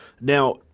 Now